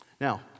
Now